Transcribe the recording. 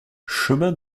chemin